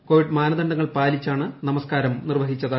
Covid മാനദണ്ഡങ്ങൾ പാലിച്ചാണ് നമസ്ക്കാരം നിർവഹിച്ചത്